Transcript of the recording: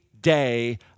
day